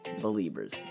Believers